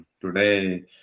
today